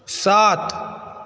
सात